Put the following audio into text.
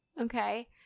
Okay